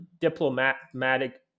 diplomatic